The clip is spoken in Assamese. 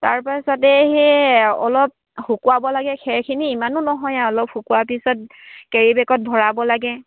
তাৰপাছতে সেই অলপ শুকুৱাব লাগে খেৰখিনি ইমানো নহয় আৰু অলপ শুকুৱা পিছত কেৰী বেগত ভৰাব লাগে